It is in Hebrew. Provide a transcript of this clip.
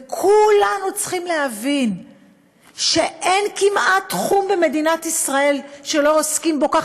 וכולנו צריכים להבין שאין כמעט תחום במדינת ישראל שלא עוסקים בו כך.